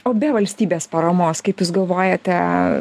o be valstybės paramos kaip jūs galvojate